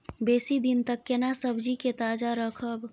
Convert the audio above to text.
बेसी दिन तक केना सब्जी के ताजा रखब?